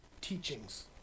teachings